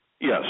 Yes